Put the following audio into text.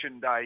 day